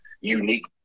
unique